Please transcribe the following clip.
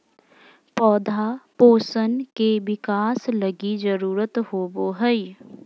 पौधा पोषण के बिकास लगी जरुरत होबो हइ